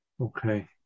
okay